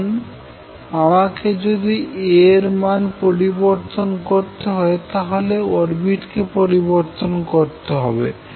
এখন আমাকে যদি A এর মান পরিবর্তন করতে হয় তাহলে অরবিট কে পরিবর্তন করতে হবে